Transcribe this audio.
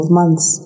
months